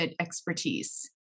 expertise